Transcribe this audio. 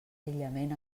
aïllament